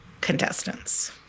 contestants